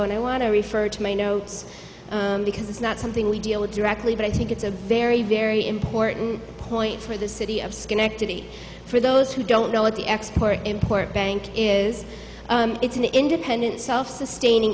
and i want to refer to my notes because it's not something we deal with directly but i think it's a very very important point for the city of schenectady for those who don't know what the export import bank is it's an independent self sustaining